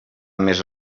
més